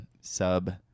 sub